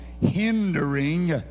hindering